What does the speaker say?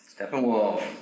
Steppenwolf